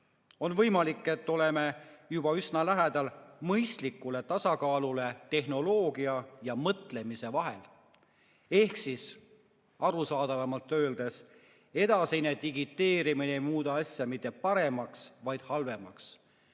On võimalik, et oleme juba üsna lähedal mõistlikule tasakaalule tehnoloogia ja mõtlemise vahel." Ehk siis arusaadavamalt öeldes: "Edasine digiteerimine ei muuda asja mitte paremaks, vaid halvemaks."